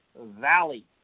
valley